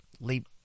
leap